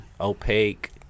Opaque